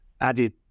added